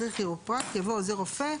אחרי "כירופרקט" יבוא "עוזר רופא""